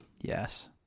Yes